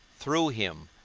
through him,